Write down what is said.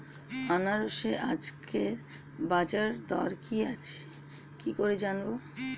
আনারসের আজকের বাজার দর কি আছে কি করে জানবো?